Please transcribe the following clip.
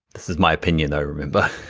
this is my opinion though, remember.